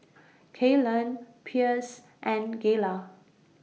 Kaylan Pierce and Gayla